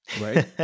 right